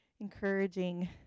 encouraging